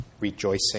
rejoicing